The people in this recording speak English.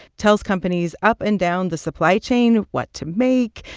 tells companies up and down the supply chain what to make,